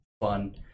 fun